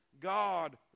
God